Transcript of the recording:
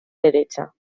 derecha